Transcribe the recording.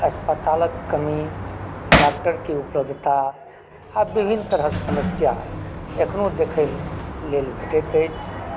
अस्पतालक कमी डॉक्टर के उपलब्धता आ विभिन्न तरहक समस्या एखनो देखै लेल भेटैत अछि